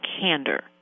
candor